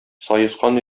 саескан